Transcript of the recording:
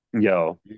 Yo